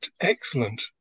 excellent